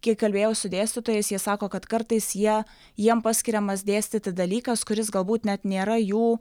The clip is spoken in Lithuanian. kiek kalbėjau su dėstytojais jie sako kad kartais jie jiem paskiriamas dėstyti dalykas kuris galbūt net nėra jų